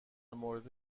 مورد